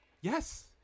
Yes